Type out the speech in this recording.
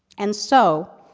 and so,